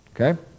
Okay